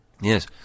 Yes